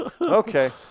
Okay